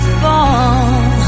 fall